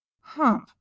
Humph